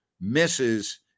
misses